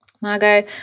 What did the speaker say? Margot